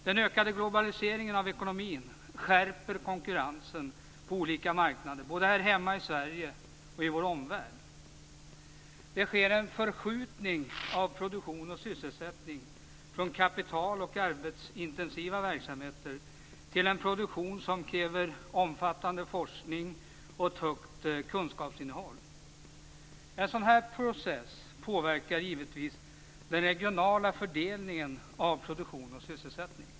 Den ökade globaliseringen av ekonomin skärper konkurrensen på olika marknader, både här hemma i Sverige och i vår omvärld. Det sker förskjutningar av produktion och sysselsättning från kapital och arbetsintensiva verksamheter till en produktion som kräver omfattande forskning och tungt kunskapsinnehåll. En sådan process påverkar givetvis den regionala fördelningen av produktion och sysselsättning.